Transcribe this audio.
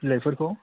बिलाइफोरखौ